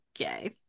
okay